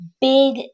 big